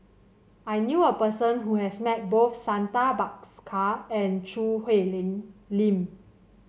I knew a person who has met both Santha Bhaskar and Choo Hwee Lim